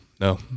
no